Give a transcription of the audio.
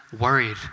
worried